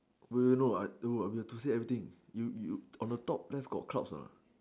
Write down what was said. no no no I we we have to say everything you you on the top left got clouds or not